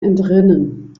entrinnen